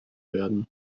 werden